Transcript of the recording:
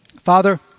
Father